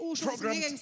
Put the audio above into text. Programmed